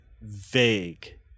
vague